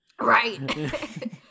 Right